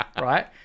Right